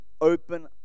open